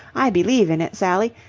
i believe in it, sally.